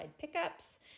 pickups